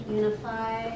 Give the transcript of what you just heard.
unify